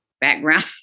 background